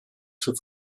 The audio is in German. zur